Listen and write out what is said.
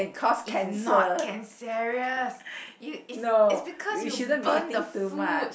is not cancerous you it's because you burn the food